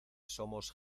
somos